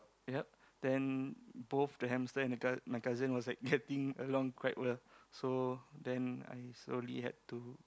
ya then both the hamster and the my cousin was like getting along so then I slowly had to